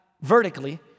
vertically